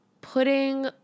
putting